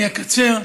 אני אקצר ואומר,